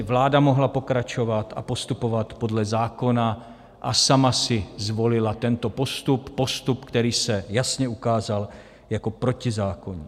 Vláda mohla pokračovat a postupovat podle zákona, a sama si zvolila tento postup, postup, který se jasně ukázal jako protizákonný.